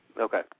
Okay